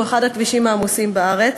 והוא אחד הכבישים העמוסים בארץ.